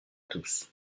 tous